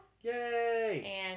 Yay